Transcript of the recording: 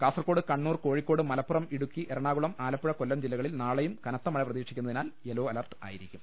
കാസർകോട് കണ്ണൂർ കോഴിക്കോട് മലപ്പുറം ഇടുക്കി എറണാകുളം ആലപ്പുഴ കൊല്ലം ജില്ലകളിൽ നാളെയും കനത്ത മഴ പ്രതീക്ഷിക്കുന്നതിനാൽ യെല്ലോ അലർട്ട് ആയിരിക്കും